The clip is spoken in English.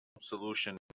solution